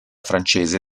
francese